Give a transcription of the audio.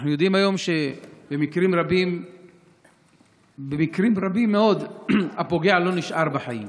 אנחנו יודעים היום שבמקרים רבים מאוד הפוגע לא נשאר בחיים.